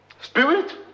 Spirit